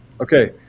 Okay